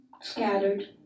scattered